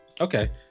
Okay